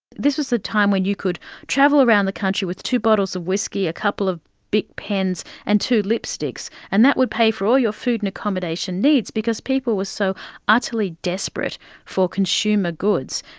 this was the time when you could travel around the country with two bottles of whisky, a couple of bic pens and two lipsticks, and that would pay for all your food and accommodation needs, because people were so utterly desperate for consumer goods,